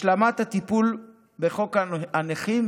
השלמת הטיפול בחוק הנכים,